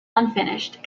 unfinished